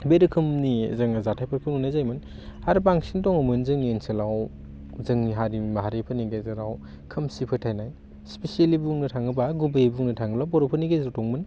बे रोखोमनि जोङो जाथायफोरखौ नुनाय जायोमोन आरो बांसिन दंमोन जोंनि ओनसोलाव जोंनि हारि माहारिफोरनि गेजेराव खोमसि फोथायनाय स्पिसेलि बुंनो थाङोब्ला गुबैयै बुंनो थाङोब्ला बर'फोरनि गेजेराव दंमोन